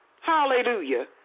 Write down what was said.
Hallelujah